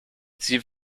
sie